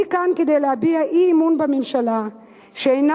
אני כאן כדי להביע אי-אמון בממשלה שאינה